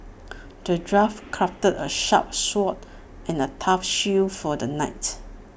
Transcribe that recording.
the dwarf crafted A sharp sword and A tough shield for the knight